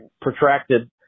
protracted